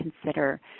consider